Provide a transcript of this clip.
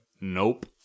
Nope